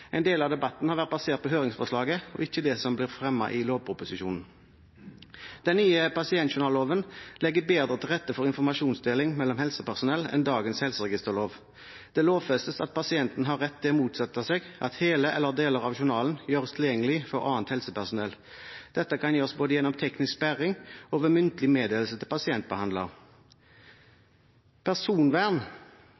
En del av debatten har vært basert på høringsforslaget og ikke på det som blir fremmet i lovproposisjonen. Den nye pasientjournalloven legger bedre til rette for informasjonsdeling mellom helsepersonell enn dagens helseregisterlov. Det lovfestes at pasienten har rett til å motsette seg at hele eller deler av journalen gjøres tilgjengelig for annet helsepersonell. Dette kan gjøres både gjennom teknisk sperring og ved muntlig meddelelse til pasientbehandler.